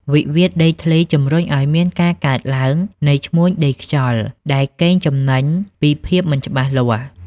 វិវាទដីធ្លីជំរុញឱ្យមានការកើតឡើងនៃឈ្មួញដីខ្យល់ ដែលកេងចំណេញពីភាពមិនច្បាស់លាស់។